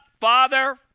Father